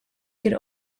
could